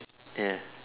ya